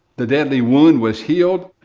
the deadly wound was healed.